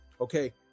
Okay